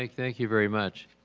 like thank you very much.